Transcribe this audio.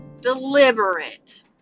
deliberate